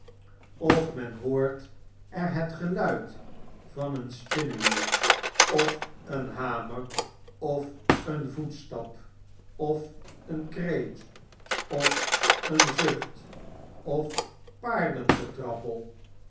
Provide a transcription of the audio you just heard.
of men hoort er het geluid van een spinnewiel of een hamer of een voetstap of een kreet of een zucht of paardengetrappel